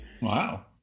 wow